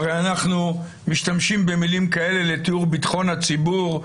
הרי אנחנו משתמשים במילים כאלה לתיאור ביטחון הציבור.